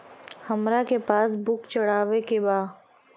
हमरा के पास बुक चढ़ावे के बा?